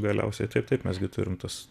galiausiai taip taip mes gi turim tuos